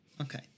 Okay